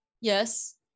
Yes